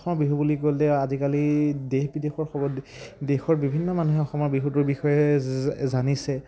অসমৰ বিহু বুলি ক'লে আজিকালি দেশ বিদেশৰ খবৰ দেশৰ বিভিন্ন মানুহে অসমৰ বিহুটোৰ বিষয়ে জানিছে